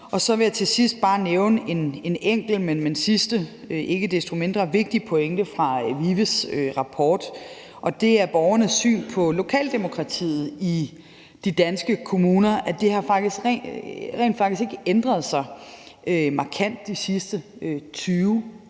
sidst vil jeg bare nævne en enkelt, men ikke desto mindre vigtig pointe fra VIVE's rapport, og det er borgernes syn på lokaldemokratiet i de danske kommuner, i forhold til at det rent faktisk ikke har ændret sig markant de sidste 20 år.